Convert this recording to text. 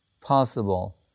possible